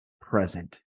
present